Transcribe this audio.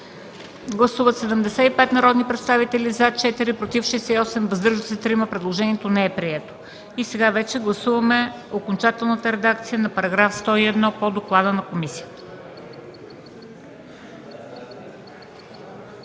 Гласували 75 народни представители: за 4, против 68, въздържали се 3. Предложението не е прието. Сега гласуваме окончателната редакция на § 101 по доклада на комисията.